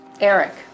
Eric